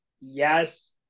yes